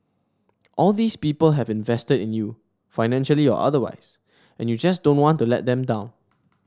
all these people have invested in you financially or otherwise and you just don't want to let them down